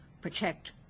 protect